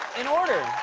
in order